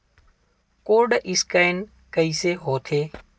Code scan कइसे होथे?